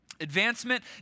Advancement